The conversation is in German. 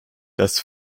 das